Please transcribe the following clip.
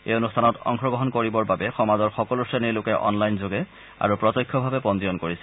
এই অনুষ্ঠানত অংশগ্ৰহণ কৰিবৰ বাবে সমাজৰ সকলো শ্ৰেণীৰ লোকে অনলাইনযোগে আৰু প্ৰত্যক্ষভাৱে পঞ্জীয়ন কৰিছে